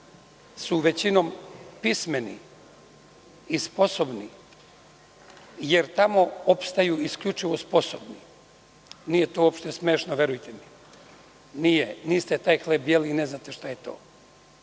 većinom pismeni i sposobni, jer tamo opstaju isključivo sposobni, nije to uopšte smešno, verujte mi, nije, niste taj hleb jeli i ne znate šta je